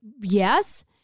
yes